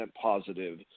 positive